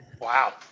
Wow